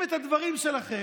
חבר הכנסת יואב קיש.